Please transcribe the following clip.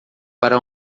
para